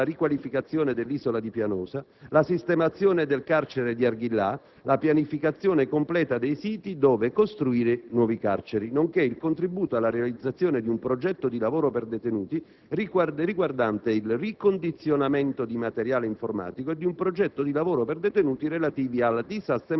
Is Arenas in Sardegna, il lavoro svolto per la riqualificazione dell'Isola di Pianosa, la sistemazione del carcere di Arghillà, la pianificazione completa dei siti dove costruire nuove carceri, nonché il contributo alla realizzazione di un progetto di lavoro per detenuti riguardante il ricondizionamento di materiale informatico